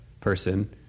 person